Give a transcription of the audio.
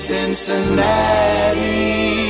Cincinnati